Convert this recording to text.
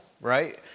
right